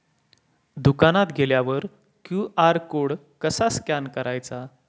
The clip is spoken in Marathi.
दुकानात गेल्यावर क्यू.आर कोड कसा स्कॅन करायचा?